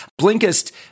Blinkist